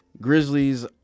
Grizzlies